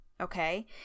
Okay